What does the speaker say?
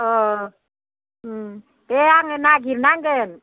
अह उम दे आङो नागिरनांगोन